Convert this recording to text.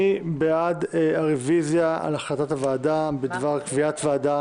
מי בעד הרביזיה על החלטת ועדת הכנסת בדבר קביעת ועדה